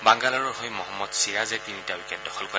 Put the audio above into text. বাংগালোৰৰ হৈ মহম্মদ চিৰাজে তিনিটা উইকেট দখল কৰে